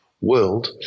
world